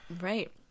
Right